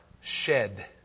shed